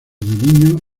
niños